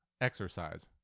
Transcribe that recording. exercise